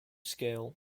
scale